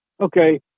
okay